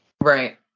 right